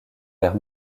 vers